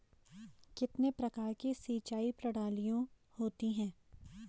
कितने प्रकार की सिंचाई प्रणालियों होती हैं?